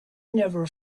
never